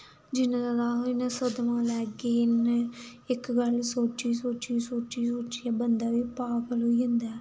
जिन्ना जादा अस इ'यां सदमा लैगे इ'यां इक गल्ल सोची सोचियै सोची सोचियै बंदा बा पागल होई जंदा ऐ